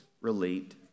relate